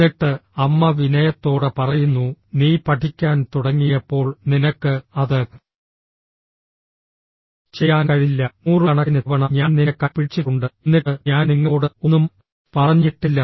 എന്നിട്ട് അമ്മ വിനയത്തോടെ പറയുന്നു നീ പഠിക്കാൻ തുടങ്ങിയപ്പോൾ നിനക്ക് അത് ചെയ്യാൻ കഴിഞ്ഞില്ല നൂറുകണക്കിന് തവണ ഞാൻ നിന്റെ കൈ പിടിച്ചിട്ടുണ്ട് എന്നിട്ട് ഞാൻ നിങ്ങളോട് ഒന്നും പറഞ്ഞിട്ടില്ല